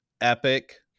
epic